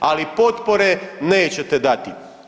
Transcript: Ali potpore nećete dati.